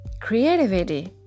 Creativity